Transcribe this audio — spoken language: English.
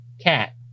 cat